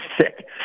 sick